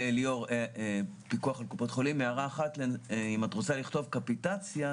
אם את רוצה לכתוב קפיטציה,